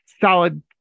solid